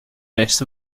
rest